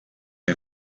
les